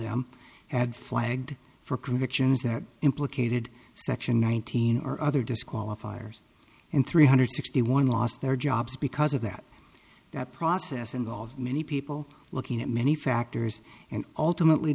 them had flagged for convictions that implicated section nineteen or other disqualifiers and three hundred sixty one lost their jobs because of that that process involved many people looking at many factors and ultimately